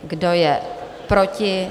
Kdo je proti?